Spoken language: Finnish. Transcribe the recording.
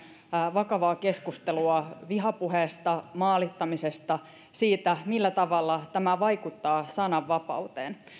vakavaa keskustelua vihapuheesta maalittamisesta siitä millä tavalla tämä vaikuttaa sananvapauteen